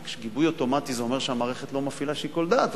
כי גיבוי אוטומטי אומר שהמערכת לא מפעילה שיקול דעת,